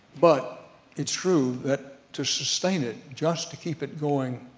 but it's true that to sustain it, just to keep it going,